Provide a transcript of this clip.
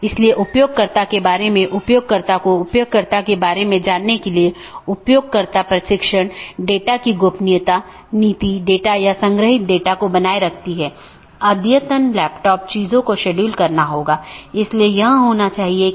गैर संक्रमणीय में एक और वैकल्पिक है यह मान्यता प्राप्त नहीं है इस लिए इसे अनदेखा किया जा सकता है और दूसरी तरफ प्रेषित नहीं भी किया जा सकता है